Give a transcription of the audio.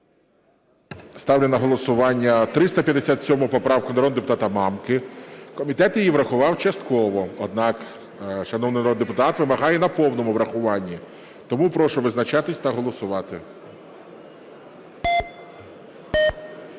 Ставлю на голосування 357 поправку народного депутата Мамки. Комітет її в врахував частково, однак шановний народний депутат вимагає на повному врахуванні. Тому прошу визначатись та голосувати.